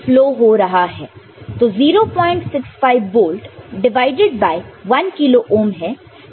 तो 065 volt divided by 1 kilo ohm है